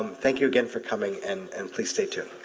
um thank you again for coming and and please stay tuned.